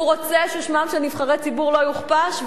הוא רוצה ששמם של נבחרי ציבור לא יוכפש,